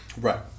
Right